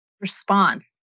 response